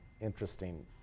interesting